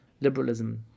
liberalism